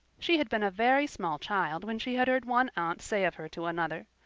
she had been a very small child when she had heard one aunt say of her to another,